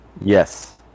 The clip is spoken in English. yes